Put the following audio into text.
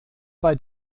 bei